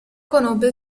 conobbe